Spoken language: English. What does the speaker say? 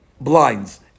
blinds